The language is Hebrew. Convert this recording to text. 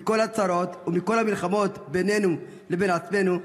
מכל הצרות ומכל המלחמות בינינו לבין עצמנו,